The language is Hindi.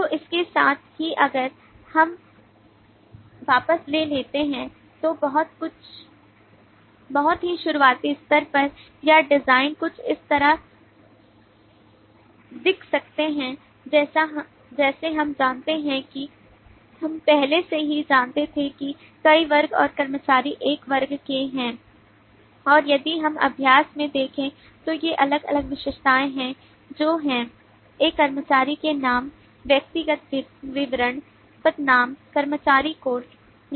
तो इसके साथ ही अगर हम वापस ले लेते हैं तो कुछ बहुत ही शुरुआती स्तर पर या डिजाइन कुछ इस तरह दिख सकते हैं जैसे हम जानते हैं कि हम पहले से ही जानते थे कि कई वर्ग और कर्मचारी एक वर्ग हैं और यदि हम अभ्यास में देखें तो ये अलग अलग विशेषताएं हैं जो हैं एक कर्मचारी के नाम व्यक्तिगत विवरण पदनाम कर्मचारी कोड